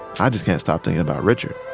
i just can't stop thinking about richard